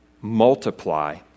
Multiply